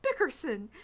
Bickerson